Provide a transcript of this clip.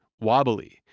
wobbly